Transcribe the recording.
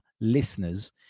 listeners